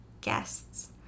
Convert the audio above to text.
guests